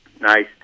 nice